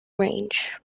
range